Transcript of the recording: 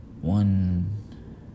one